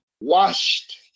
washed